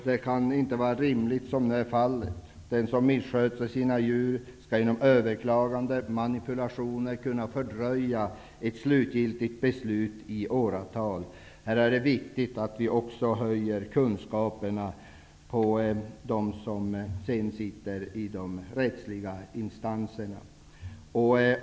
Det kan inte vara rimligt att, som nu är fallet, den som missköter sina djur genom överklagande och manipulationer skall kunna fördröja ett slutgiltigt beslut i åratal. Det är viktigt att kunskaperna ökar hos dem som sitter i de rättsliga instanserna.